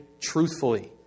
truthfully